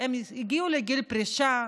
הם הגיעו לגיל פרישה,